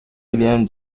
william